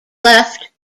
left